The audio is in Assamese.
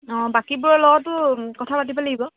অঁ বাকীবোৰৰ লগতো কথা পাতিব লাগিব